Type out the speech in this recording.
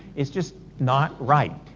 is just not right.